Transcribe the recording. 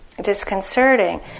disconcerting